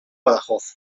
badajoz